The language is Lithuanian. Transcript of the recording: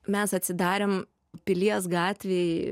mes atsidarėm pilies gatvėj